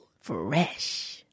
Fresh